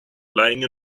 laying